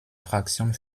fraktion